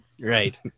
right